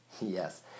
Yes